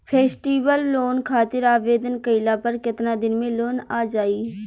Festival loan खातिर आवेदन कईला पर केतना दिन मे लोन आ जाई?